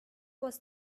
was